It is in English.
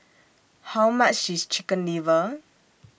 How much IS Chicken Liver